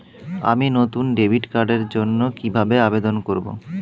আমি নতুন ডেবিট কার্ডের জন্য কিভাবে আবেদন করব?